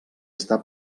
està